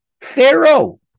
Pharaoh